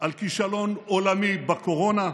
על כישלון עולמי בקורונה,